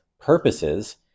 purposes